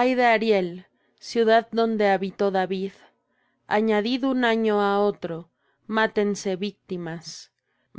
ay de ariel ciudad donde habitó david añadid un año á otro mátense víctimas